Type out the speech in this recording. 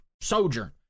Sojourn